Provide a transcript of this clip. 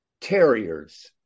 Terriers